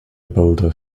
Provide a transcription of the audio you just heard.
boulder